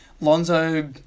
Lonzo